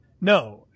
No